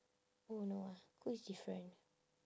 oh no ah is different